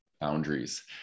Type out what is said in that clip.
boundaries